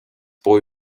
boy